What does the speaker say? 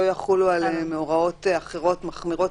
לא יחולו עליהם הוראות אחרות מחמירות